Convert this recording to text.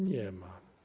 Nie ma.